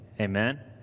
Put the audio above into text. Amen